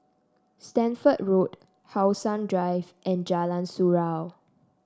Stamford Road How Sun Drive and Jalan Surau